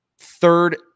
Third